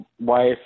wife